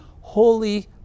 holy